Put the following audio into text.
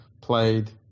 Played